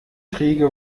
kriege